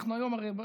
אנחנו היום הרי,